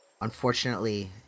unfortunately